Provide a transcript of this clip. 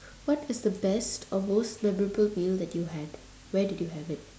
what is the best or most memorable meal that you had where did you have it